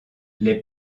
les